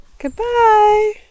Goodbye